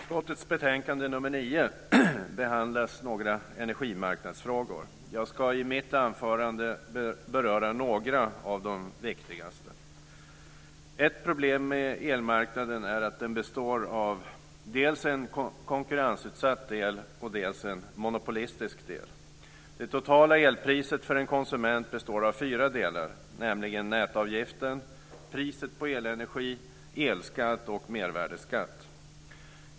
Fru talman! I näringsutskottets betänkande nr 9 behandlas några energimarknadsfrågor. Jag ska i mitt anförande beröra några av de viktigaste. Ett problem med elmarknaden är att den består av dels en konkurrensutsatt del, dels en monopolistisk del. Det totala elpriset för en konsument betår av fyra delar, nämligen nätavgiften, priset på elenergi, elskatt och mervärdesskatt.